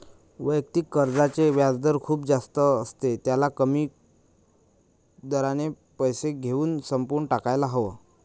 वैयक्तिक कर्जाचे व्याजदर खूप जास्त असते, त्याला कमी दराने पैसे घेऊन संपवून टाकायला हव